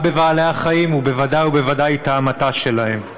בבעלי-החיים ובוודאי ובוודאי את ההמתה שלהם.